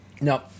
No